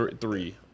three